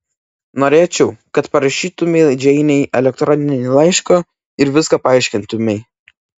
norėčiau kad parašytumei džeinei elektroninį laišką ir viską paaiškintumei